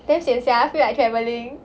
damn sian sia feel like travelling